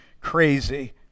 crazy